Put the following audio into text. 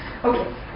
Okay